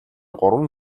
гурван